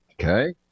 Okay